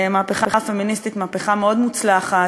מהפכה פמיניסטית, מהפכה מאוד מוצלחת,